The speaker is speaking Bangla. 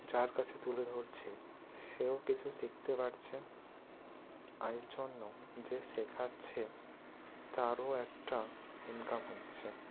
যার কাছে তুলে ধরছে সেও কিছু শিখতে পারছে আর এর জন্য যে শেখাচ্ছে তারও একটা ইনকাম হচ্ছে